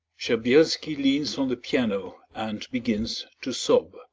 shabelski leans on the piano and begins to sob.